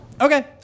okay